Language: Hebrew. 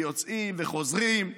יוצאים וחוזרים.